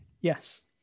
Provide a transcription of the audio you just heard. Yes